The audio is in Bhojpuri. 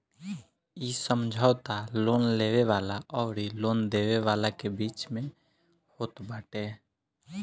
इ समझौता लोन लेवे वाला अउरी लोन देवे वाला के बीच में होत बाटे